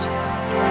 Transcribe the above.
Jesus